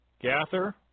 Gather